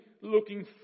looking